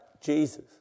Jesus